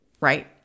right